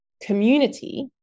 community